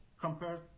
compared